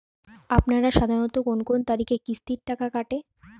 আপনারা সাধারণত কোন কোন তারিখে কিস্তির টাকা কাটে?